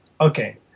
okay